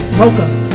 Welcome